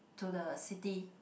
to the city